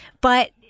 But-